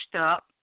up